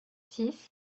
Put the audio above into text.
six